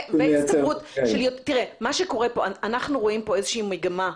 אנחנו רואים פה מגמה,